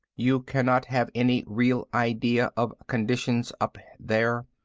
you cannot have any real idea of conditions up there.